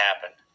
happen